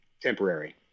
temporary